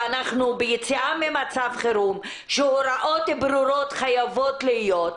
ואנחנו ביציאה ממצב חירום שהוראות ברורות חייבות להיות.